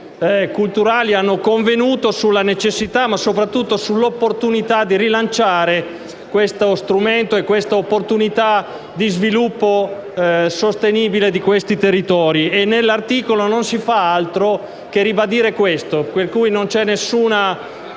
culturali, hanno convenuto sulla necessità, ma soprattutto sull’opportunità di rilanciare questo strumento e questa occasione di sviluppo sostenibile dei territori. Nell’articolo 25 non si fa altro che ribadire questo aspetto: pertanto,